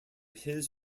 his